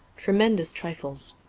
tremendous triftes.